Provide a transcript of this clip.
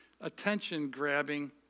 attention-grabbing